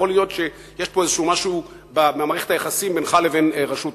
יכול להיות שיש פה איזה משהו במערכת היחסים בינך לבין רשות המים,